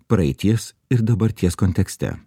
praeities ir dabarties kontekste